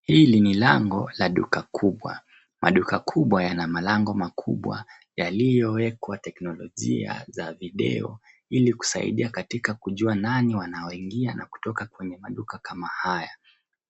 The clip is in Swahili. Hili ni lango la duka kubwa. Maduka kubwa yana milango mikubwa yaliyowekwa teknolojia za video ili kusaidia katika kujua nani wanaoingia na kutoka kwenye maduka kama haya.